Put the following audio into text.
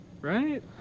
Right